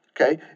Okay